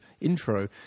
intro